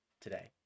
today